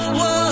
whoa